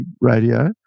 Radio